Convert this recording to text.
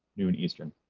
noon eastern.